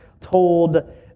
told